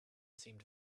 seemed